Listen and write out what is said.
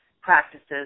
practices